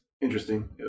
interesting